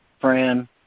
Fran